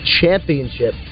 championship